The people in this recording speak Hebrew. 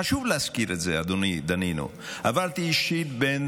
חשוב להזכיר את זה, אדוני, דנינו, עברתי אישית בין